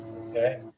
Okay